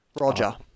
Roger